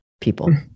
people